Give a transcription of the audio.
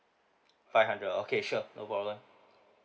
five hundred ah okay sure no problem